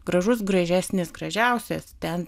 gražus gražesnis gražiausias ten